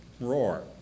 roar